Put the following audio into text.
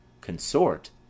consort